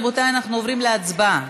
רבותי, אנחנו עוברים להצבעה.